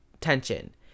tension